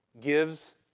gives